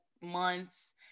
months